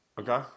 Okay